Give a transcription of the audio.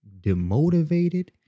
demotivated